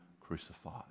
crucified